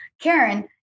Karen